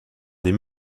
des